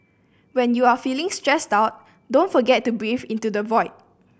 when you are feeling stressed out don't forget to breathe into the void